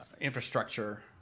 Infrastructure